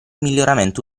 miglioramento